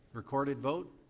recorded vote?